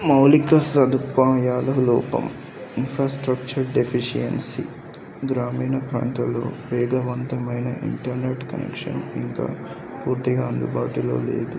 మౌలిక సదుపాయాల లోపం ఇన్ఫ్రాస్ట్రక్చర్ డెఫిషియన్సీ గ్రామీణ ప్రాంతంలో వేగవంతమైన ఇంటర్నెట్ కనెక్షన్ ఇంకా పూర్తిగా అందుబాటులో లేదు